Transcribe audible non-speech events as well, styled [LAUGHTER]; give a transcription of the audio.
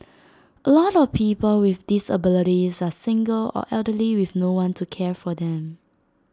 [NOISE] A lot of people with disabilities are single or elderly with no one to care for them